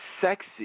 sexy